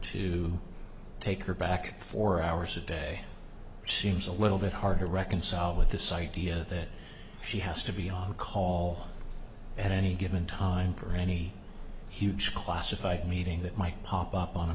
to take her back at four hours a day seems a little bit hard to reconcile with this idea that she has to be on call at any given time for any huge classified meeting that might pop up on a